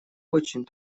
очень